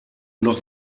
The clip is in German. noch